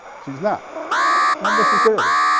she's not, not necessarily.